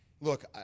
Look